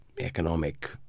economic